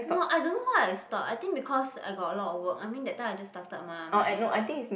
no I don't know why I stop I think because I got a lot of work I mean that time I just started mah my work